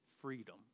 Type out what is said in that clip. freedom